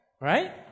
Right